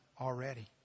already